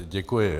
Děkuji.